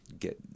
get